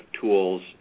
tools